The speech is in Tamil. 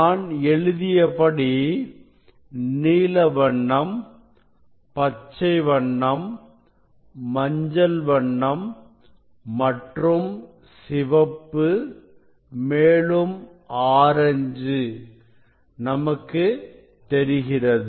நான் எழுதியபடி நீல வண்ணம் பச்சை வண்ணம் மஞ்சள் வண்ணம் மற்றும் சிவப்பு மேலும் ஆரஞ்சு நமக்கு தெரிகிறது